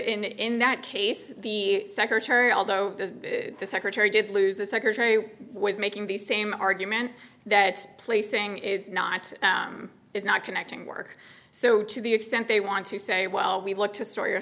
in in that case the secretary although the secretary did lose the secretary was making the same argument that placing is not is not connecting work so to the extent they want to say well we've looked to store you